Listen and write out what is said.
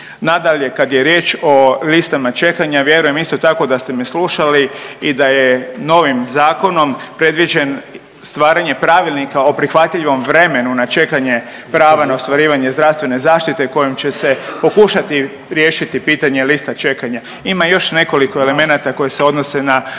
Nadalje, kad je riječ o listama čekanja vjerujem isto tako da ste me slušali i da je novim zakonom predviđen stvaranje Pravilnika o prihvatljivom vremenu na čekanje prava na ostvarivanje zdravstvene zaštite kojom će se pokušati riješiti pitanje lista čekanja. Ima još nekoliko elemenata koje se odnose na